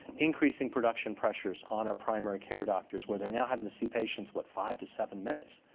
increasing production pressures on our primary care doctors, where they're now having to see patients, what, five to seven minutes?